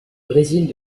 brésil